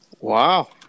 Wow